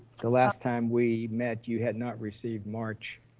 the last time we met, you had not received march.